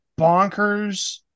bonkers